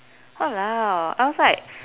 !walao! I was like